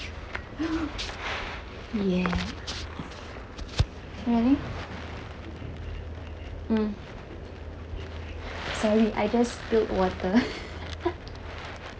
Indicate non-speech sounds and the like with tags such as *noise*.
*breath* ya sorry mm sorry I just spilled water *laughs*